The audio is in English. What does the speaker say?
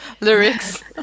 lyrics